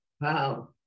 Wow